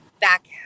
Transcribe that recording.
back